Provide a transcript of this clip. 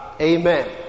Amen